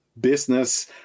business